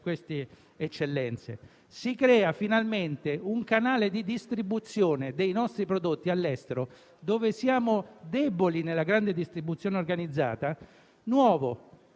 eccellenze. Si crea finalmente un nuovo canale di distribuzione dei nostri prodotti all'estero, dove siamo deboli nella grande distribuzione organizzata. Si